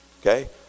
okay